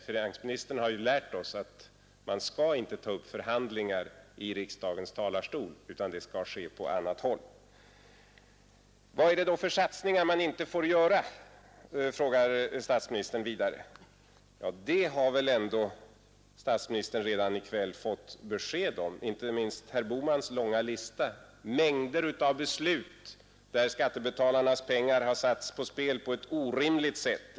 Finansministern har ju lärt oss att man inte skall ta upp förhandlingar i riksdagens talarstol utan att det skall ske på annat håll. Vad är det då för satsningar man inte får göra? frågar statsministern vidare. Det har väl ändå statsministern redan i kväll fått besked om, inte minst från herr Bohmans långa lista, mängder av beslut där skattebetalarnas pengar satts på spel på ett orimligt sätt.